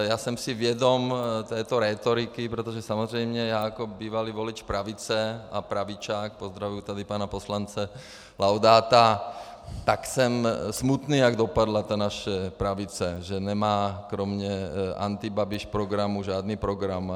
Já jsem si vědom této rétoriky, protože samozřejmě já jako bývalý volič pravice a pravičák pozdravuji tady pana poslance Laudáta jsem smutný, jak dopadla naše pravice, že nemá kromě antibabiš programu žádný program.